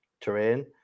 terrain